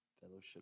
fellowship